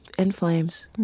in flames.